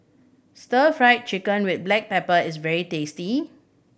Stir Fried Chicken with black pepper is very tasty